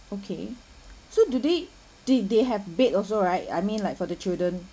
okay so do they did they have bed also right I mean like for the children